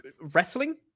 wrestling